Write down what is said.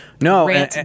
No